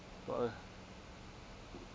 what uh